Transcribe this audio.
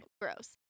Gross